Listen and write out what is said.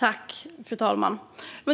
Fru talman!